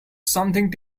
something